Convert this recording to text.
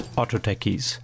Autotechies